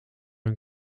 een